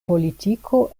politiko